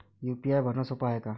UPI भरनं सोप हाय का?